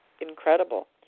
incredible